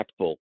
impactful